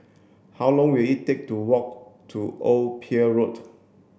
how long will it take to walk to Old Pier Road